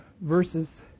verses